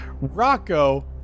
Rocco